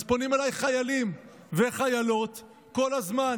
אז פונים אליי חיילים וחיילות כל הזמן,